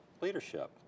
leadership